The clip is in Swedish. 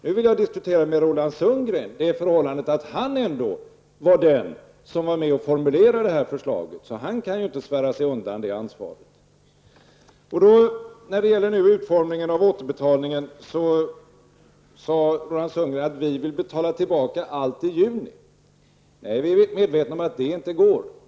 Nu vill jag diskutera med Roland Sundgren förhållandet att han ändå var den som var med och formulerade förslaget. Han kan inte svära sig undan det ansvaret. När det gäller utformningen av återbetalningen sade Roland Sundgren att vi moderater vill att allt skall betalas tillbaka i juni. Vi är medvetna om att det inte går.